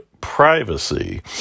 privacy